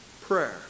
prayer